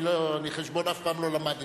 אני, חשבון אף פעם לא למדתי.